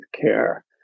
care